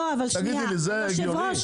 תגידי לי, זה הגיוני?